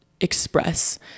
express